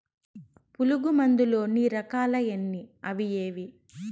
పులుగు మందు లోని రకాల ఎన్ని అవి ఏవి?